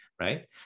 right